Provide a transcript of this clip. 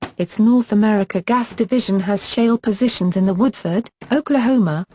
its north america gas division has shale positions in the woodford, oklahoma,